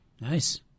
Nice